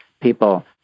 people